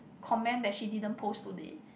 comment that she didn't post today